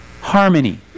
harmony